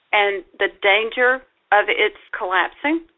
and the danger of its collapsing?